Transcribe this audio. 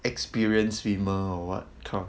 experience swimmer or what cock